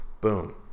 Boom